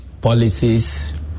policies